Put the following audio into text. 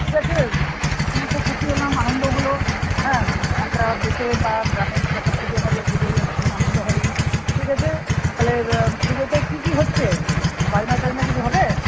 ঠিক আছে শুনে খুব খুশি হলাম আনন্দ হলো হ্যাঁ একটা দেশে বা গ্রামের মধ্যে একটা সুযোগ হবে পুজো হলে ভীষণ আনন্দ হবে ঠিক আছে তাহলে পুজোতে কী কী হচ্ছে বাজনা টাজনা কিছু হবে